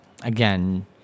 again